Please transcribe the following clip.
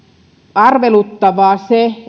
arveluttavaa se